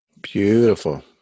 Beautiful